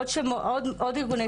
עוד ארגוני סיוע.